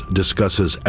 discusses